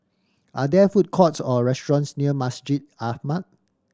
are there food courts or restaurants near Masjid Ahmad